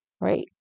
Right